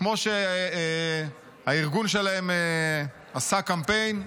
כמו שהארגון שלהם עשה קמפיין: